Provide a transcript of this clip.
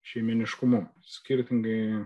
šeimyniškumu skirtingai